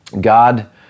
God